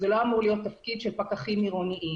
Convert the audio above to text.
וזה לא אמור להיות תפקיד של פקחים עירוניים.